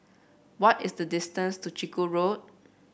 what is the distance to Chiku Road